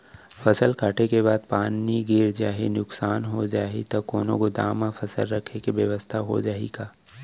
फसल कटे के बाद पानी गिर जाही, नुकसान हो जाही त कोनो गोदाम म फसल रखे के बेवस्था हो जाही का?